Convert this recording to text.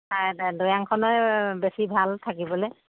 দৈয়াঙখনয়ে বেছি ভাল থাকিবলৈ